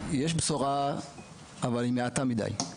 יש בשורה אבל היא מעטה מידי.